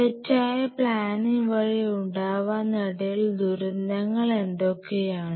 തെറ്റായ പ്ലാനിങ് വഴി ഉണ്ടാവാനിടയുള്ള ദുരന്തങ്ങൾ എന്തൊക്കെയാണ്